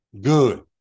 Good